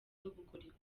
n’ubukorikori